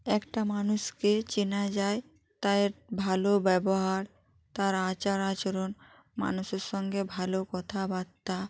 একটা মানুষকে চেনা যায় তার ভালো ব্যবহার তার আচার আচরণ মানুষের সঙ্গে ভালো কথাবার্তা